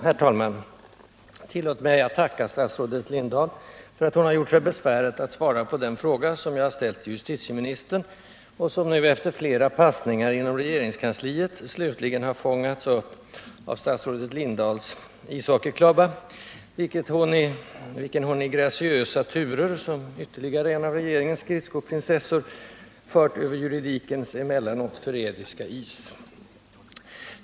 Herr talman! Tillåt mig tacka statsrådet Lindahl för att hon har gjort sig besväret att svara på den fråga som jag ställde till justitieministern och som nu efter flera passningar inom regeringskansliet slutligen har fångats upp av statsrådet Lindahls ishockeyklubba, vilken hon i graciösa turer, som ytterligare en av regeringens skridskoprinsessor, fört över juridikens emellanåt förrädiska is.